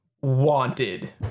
wanted